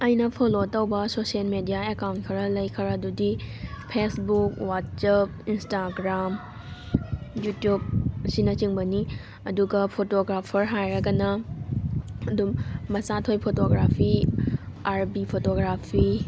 ꯑꯩꯅ ꯐꯣꯂꯣ ꯇꯧꯕ social media account ꯈꯔ ꯂꯩ ꯈꯔ ꯑꯗꯨꯗꯤ ꯐꯦꯁꯕꯨꯛ ꯋꯥꯠꯆꯞ ꯏꯟꯁꯇꯥꯒ꯭ꯔꯥꯝ ꯌꯨꯇ꯭ꯌꯨꯕ ꯑꯁꯤꯅ ꯆꯤꯡꯕꯅꯤ ꯑꯗꯨꯒ ꯐꯣꯇꯣꯒ꯭ꯔꯥꯐꯔ ꯍꯥꯏꯔꯒꯅ ꯑꯗꯨꯝ ꯃꯆꯥꯊꯣꯏ ꯐꯣꯇꯣꯒ꯭ꯔꯥꯐꯤ ꯑꯥꯔ ꯕꯤ ꯐꯣꯇꯣꯒ꯭ꯔꯥꯐꯤ